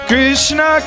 Krishna